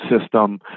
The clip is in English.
system